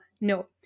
no